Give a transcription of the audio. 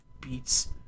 beats